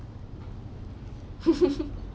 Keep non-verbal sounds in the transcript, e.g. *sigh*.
*laughs*